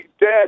dead